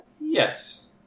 Yes